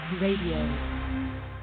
Radio